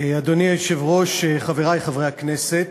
אדוני היושב-ראש, חברי חברי הכנסת,